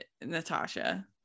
natasha